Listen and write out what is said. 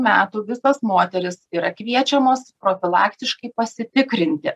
metų visos moterys yra kviečiamos profilaktiškai pasitikrinti